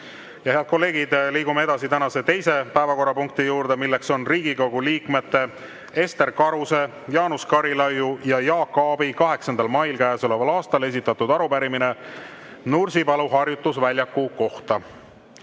Head kolleegid! Liigume edasi tänase teise päevakorrapunkti juurde, mis on Riigikogu liikmete Ester Karuse, Jaanus Karilaidi ja Jaak Aabi 8. mail käesoleval aastal esitatud arupärimine Nursipalu harjutusväljaku kohta.